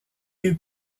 eut